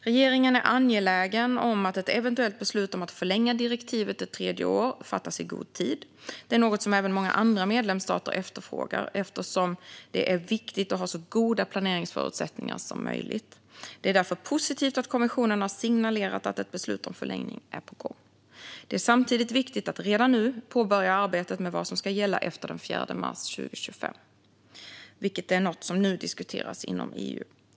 Regeringen är angelägen om att ett eventuellt beslut om att förlänga direktivet ett tredje år fattas i god tid. Det är något som även många andra medlemsstater efterfrågar eftersom det är viktigt att ha så goda planeringsförutsättningar som möjligt. Det är därför positivt att kommissionen har signalerat att ett beslut om förlängning är på gång. Det är samtidigt viktigt att redan nu påbörja arbetet med vad som ska gälla efter den 4 mars 2025, vilket är något som nu diskuteras inom EU.